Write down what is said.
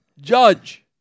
Judge